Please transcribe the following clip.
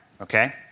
Okay